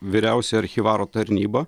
vyriausiojo archyvaro tarnyba